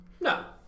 No